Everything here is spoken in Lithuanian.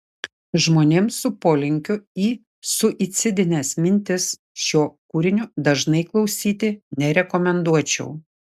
žmonėms su polinkiu į suicidines mintis šio kūrinio dažnai klausyti nerekomenduočiau